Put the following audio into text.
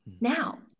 Now